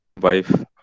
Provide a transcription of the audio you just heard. wife